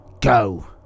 go